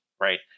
right